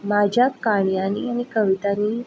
म्हज्या काणयांनी आनी कवितानी